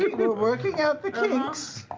we're working out the kinks,